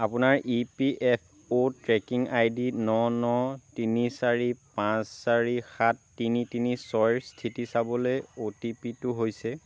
আপোনাৰ E P F O tracking ID ন ন তিনি চাৰি পাঁচ চাৰি সাত তিনি তিনি ছয় স্থিতি চাবলৈ অ' টি পি টো হৈছে